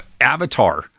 Avatar